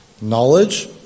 Knowledge